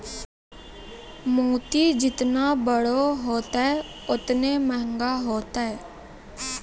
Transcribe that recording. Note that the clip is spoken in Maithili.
मोती जेतना बड़ो होतै, ओतने मंहगा होतै